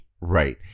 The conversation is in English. Right